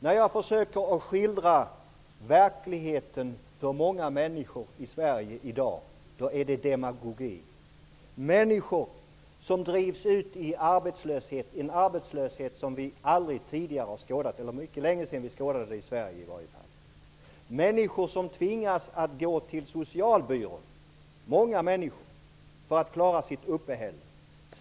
När jag försöker skildra verkligheten för många människor i Sverige i dag, då är det demagogi. Det handlar om människor som drivs ut i arbetslöshet, en arbetslöshet vars like det var mycket länge sedan vi skådade i Sverige. Det handlar om människor -- och det är många människor -- som tvingas gå till socialbyrån för att klara sitt uppehälle.